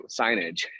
signage